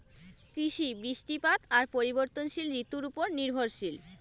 কৃষি, বৃষ্টিপাত আর পরিবর্তনশীল ঋতুর উপর নির্ভরশীল